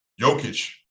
Jokic